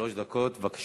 יש לך שלוש דקות, בבקשה.